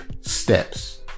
steps